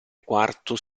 quarto